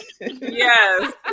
yes